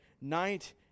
Night